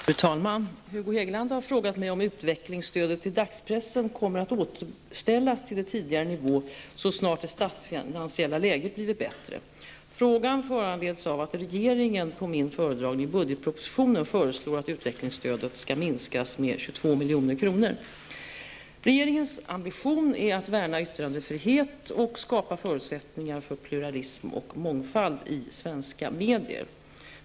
Fru talman! Hugo Hegeland har frågat mig om utvecklingsstödet till dagspressen kommer att återställas till tidigare nivå så snart det statsfinansiella läget blivit bättre. Frågan föranleds av att regeringen på min föredragning i budgetpropositionen föreslår att utvecklingsstödet skall minskas med 22 milj.kr. Regeringens ambition är att värna yttrandefrihet och att skapa förutsättningar för pluralism och mångfald i svenska medier.